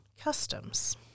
customs